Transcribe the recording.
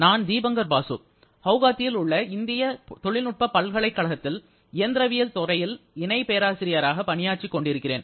நான் தீபங்கர் பாசு குவஹாத்தியில் உள்ள இந்திய தொழில்நுட்ப பல்கலைக்கழகத்தில் இயந்திரவியல் துறையில் இணை பேராசிரியராக பணியாற்றிக் கொண்டிருக்கிறேன்